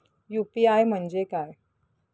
UPI म्हणजे काय?